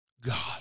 God